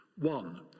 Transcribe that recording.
One